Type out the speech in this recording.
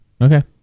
Okay